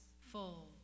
full